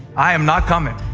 i am not coming.